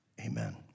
Amen